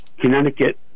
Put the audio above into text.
Connecticut